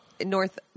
North